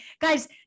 guys